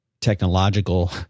technological